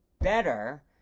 better